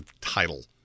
title